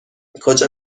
کجا